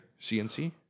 CNC